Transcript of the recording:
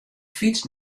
fyts